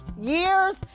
years